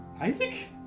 Isaac